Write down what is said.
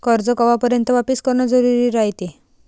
कर्ज कवापर्यंत वापिस करन जरुरी रायते?